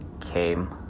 came